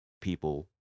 people